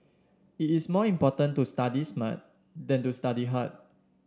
it is more important to study smart than to study hard